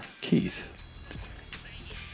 Keith